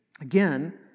again